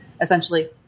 essentially